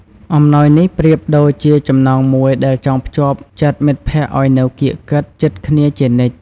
អំណោយនេះប្រៀបដូចជាចំណងមួយដែលចងភ្ជាប់ចិត្តមិត្តភក្តិឲ្យនៅកៀកកិតជិតគ្នាជានិច្ច។